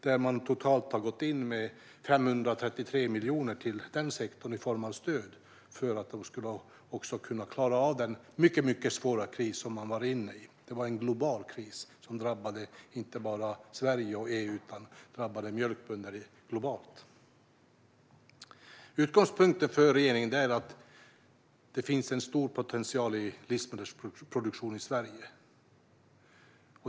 Vi har totalt gått in med 533 miljoner till sektorn i form av stöd för att bönderna skulle klara av den mycket svåra kris de var inne i. Det var en global kris som inte bara drabbade Sverige och EU utan mjölkbönder över hela världen. Utgångspunkten för regeringen är att det finns en stor potential i livsmedelsproduktion i Sverige.